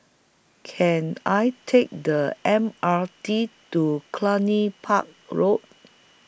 Can I Take The M R T to Cluny Park Road